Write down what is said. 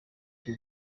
icyo